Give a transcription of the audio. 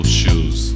shoes